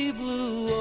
blue